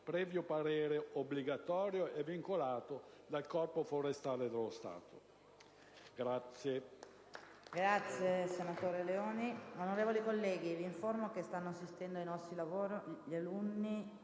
previo parere obbligatorio e vincolante del Corpo forestale dello Stato.